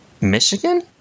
Michigan